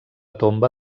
tomba